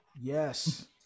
Yes